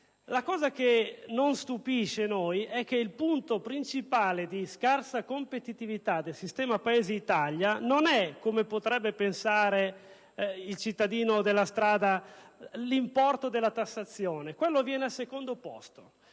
Ciò che non ci stupisce è che la causa principale della scarsa competitività del sistema Paese Italia non è, come potrebbe pensare il cittadino della strada, l'importo della tassazione (che sta al secondo posto),